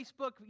Facebook